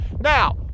Now